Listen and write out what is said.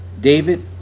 David